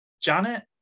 janet